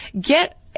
get